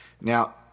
Now